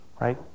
Right